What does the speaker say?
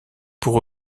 pour